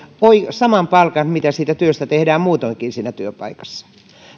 saman palkan kuin mitä siitä työstä tehdään muutoinkin siinä työpaikassa